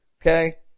okay